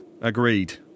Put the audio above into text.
Agreed